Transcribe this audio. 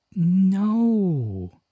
No